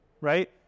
right